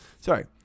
Sorry